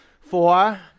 Four